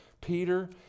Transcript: peter